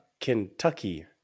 Kentucky